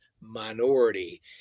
minority